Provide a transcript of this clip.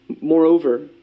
Moreover